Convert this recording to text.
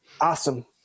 awesome